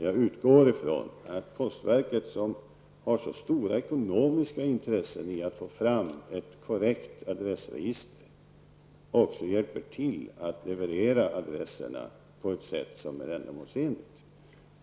Jag utgår ifrån att postverket, som har så stora ekonomiska intressen i att få fram ett korrekt adressregister, också hjälper till att leverera adresserna på det sätt som är ändamålsenligt.